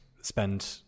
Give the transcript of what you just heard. spend